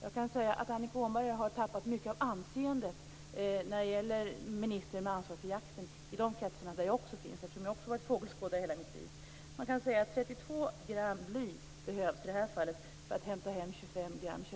Jag kan säga att Annika Åhnberg har tappat mycket av anseendet som minister med ansvar för jakten i de kretsarna. Jag finns också i dessa kretsar eftersom jag har varit fågelskådare i hela mitt liv. Man kan säga att det i det här fallet behövs 32 g bly för att hämta hem 25 g kött.